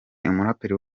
umuraperi